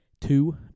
two